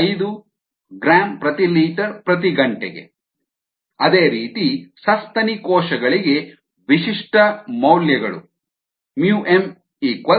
5 gl 1h 1 ಅದೇ ರೀತಿ ಸಸ್ತನಿ ಕೋಶಗಳಿಗೆ ವಿಶಿಷ್ಟ ಮೌಲ್ಯಗಳು µm 0